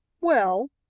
Well